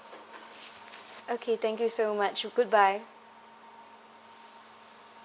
okay thank you so much goodbye